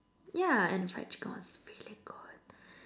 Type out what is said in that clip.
yeah and the fried chicken was really good